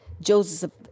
Joseph